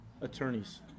attorneys